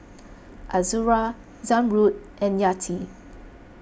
Azura Zamrud and Yati